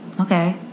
Okay